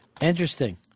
Interesting